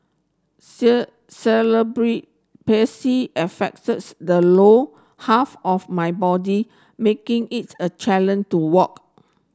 affects the low half of my body making it a to walk